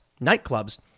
nightclubs